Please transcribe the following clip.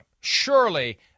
Surely